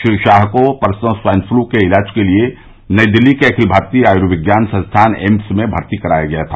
श्री शाह को परसों swine flu के इलाज के लिये नई दिल्ली के अखिल भारतीय आयुर्विज्ञान संस्थान एम्स में भर्ती कराया गया था